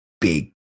big